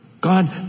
God